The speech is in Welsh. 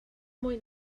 mwy